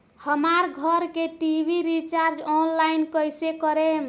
हमार घर के टी.वी रीचार्ज ऑनलाइन कैसे करेम?